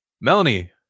Melanie